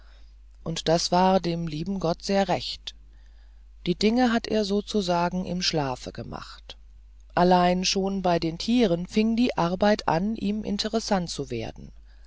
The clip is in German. und das war dem lieben gott sehr recht die dinge hat er sozusagen im schlafe gemacht allein schon bei den tieren fing die arbeit an ihm interessant zu werden